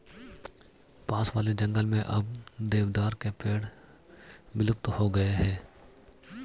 पास वाले जंगल में अब देवदार के पेड़ विलुप्त हो गए हैं